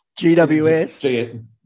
GWS